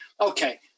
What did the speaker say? okay